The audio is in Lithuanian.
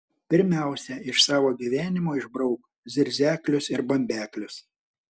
pirmiausia iš savo gyvenimo išbrauk zirzeklius ir bambeklius